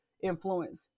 influence